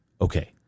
Okay